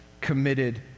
committed